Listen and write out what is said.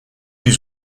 his